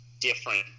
different